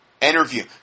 Interview